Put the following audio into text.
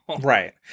Right